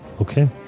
Okay